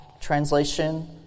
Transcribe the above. translation